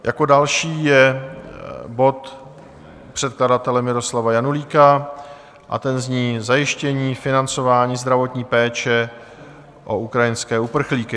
Jako další je bod předkladatele Miroslava Janulíka a ten zní: Zajištění financování zdravotní péče o ukrajinské uprchlíky.